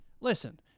listen